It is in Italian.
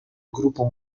gruppo